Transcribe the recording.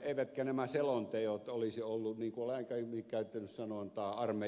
eivätkä nämä selonteot olisi olleet niin kuin olen aikaisemmin käyttänyt sanontaa armeijan kalustoluetteloa